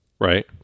Right